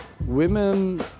Women